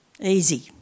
Easy